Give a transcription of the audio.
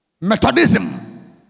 Methodism